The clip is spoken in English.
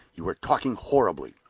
you are talking horribly!